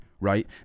Right